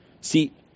See